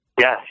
yes